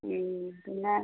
പിന്നെ